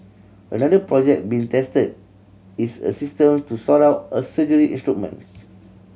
another project being tested is a system to sort out a surgery instruments